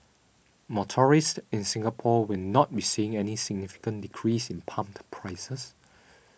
motorists in Singapore will not be seeing any significant decrease in pump prices